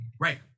Right